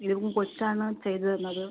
ഇതും കൊച്ചാണ് ചെയ്ത് തന്നത്